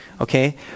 Okay